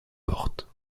portes